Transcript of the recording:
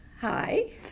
hi